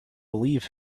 believe